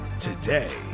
today